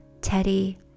Teddy